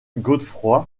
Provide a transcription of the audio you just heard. geoffroy